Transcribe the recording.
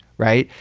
right?